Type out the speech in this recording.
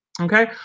okay